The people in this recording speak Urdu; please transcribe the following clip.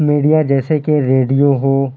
میڈیا جیسے کہ ریڈیو ہو